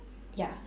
ya